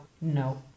No